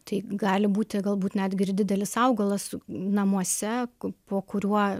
tai gali būti galbūt netgi ir didelis augalas namuose ku po kuriuo